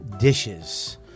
dishes